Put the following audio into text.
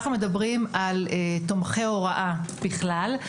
אנחנו מדברים על תומכי הוראה בכלל,